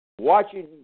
Watching